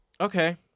Okay